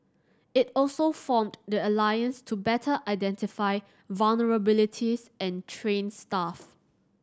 it also formed the alliance to better identify vulnerabilities and train staff